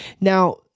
Now